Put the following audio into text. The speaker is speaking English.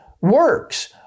Works